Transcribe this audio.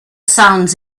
sounds